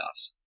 playoffs